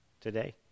Today